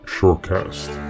Shortcast